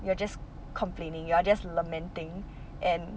you are just complaining you are just lamenting and